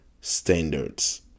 standards